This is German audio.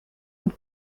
und